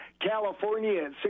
california